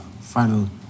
final